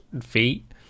feet